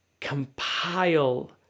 compile